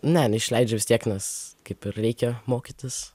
ne neišleidžia vis tiek nes kaip ir reikia mokytis